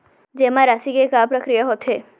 जेमा राशि के का प्रक्रिया होथे?